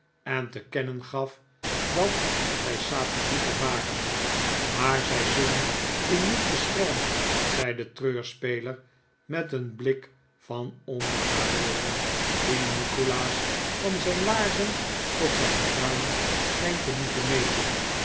en te kennen gaf dat zij satellieten waren maar zij zullen u niet beschermen zei de treurspeler met een blik van onder naar boven die nikolaas van zijn laarzen tot zijn kruin scheen te moeten meten